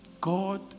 god